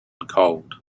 cold